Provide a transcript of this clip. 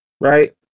right